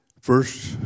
First